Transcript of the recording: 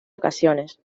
ocasiones